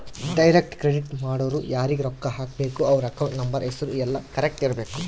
direct credit ಮಾಡೊರು ಯಾರೀಗ ರೊಕ್ಕ ಹಾಕಬೇಕು ಅವ್ರ ಅಕೌಂಟ್ ನಂಬರ್ ಹೆಸರು ಯೆಲ್ಲ ಕರೆಕ್ಟ್ ಇರಬೇಕು